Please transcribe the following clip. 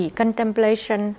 contemplation